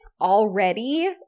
already